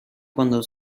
cuando